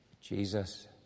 Jesus